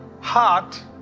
heart